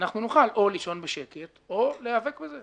ואנחנו נוכל או לישון בשקט או להיאבק בזה.